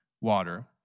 water